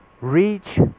reach